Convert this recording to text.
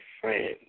friends